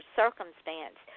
circumstance